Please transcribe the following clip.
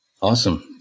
Awesome